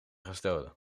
gestolen